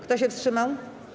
Kto się wstrzymał?